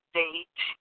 date